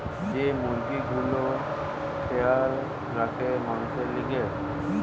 যে মুরগি গুলা খোলায় রাখে মাংসোর লিগে